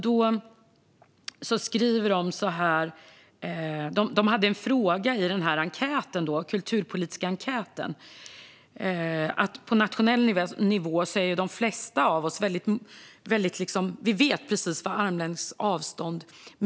De hade en fråga i den kulturpolitiska enkäten. På nationell nivå vet de flesta av oss precis vad som menas med armlängds avstånd.